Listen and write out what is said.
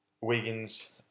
Wiggins